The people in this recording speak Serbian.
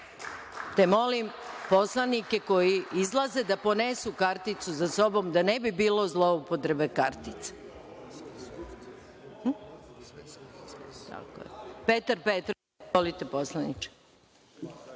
te molim poslanike koji izlaze da ponesu karticu sa sobom da ne bilo zloupotrebe kartica. Petar Petrović ima reč.